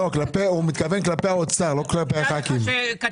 לא, הוא מתכוון כלפי האוצר, לא כלפי חברי הכנסת.